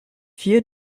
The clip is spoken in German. vier